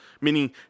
meaning